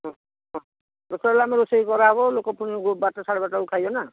ହଁ ହଁ ଯେତେ ହେଲେ ଆମେ ରୋଷେଇ କରାହେବ ଲୋକ ପୁଣି ବାରଟା ସାଢ଼େ ବାରଟା ବେଳକୁ ଖାଇବେ ନା